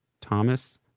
Thomas